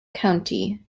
county